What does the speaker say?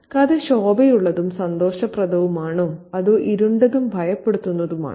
കഥ ശോഭയുള്ളതും സന്തോഷപ്രദവുമാണോ അതോ ഇരുണ്ടതും ഭയപ്പെടുത്തുന്നതുമാണോ